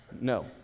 No